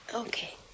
Okay